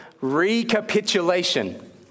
recapitulation